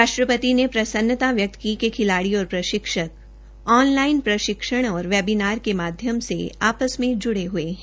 राष्ट्रपति ने प्रसन्नता व्यक्त की कि खिलाड़ी और प्रशिक्षक ऑनलाइन प्रशिक्षण और वैबीनार के माध्यम से आपस में जुड़े हए हैं